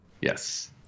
Yes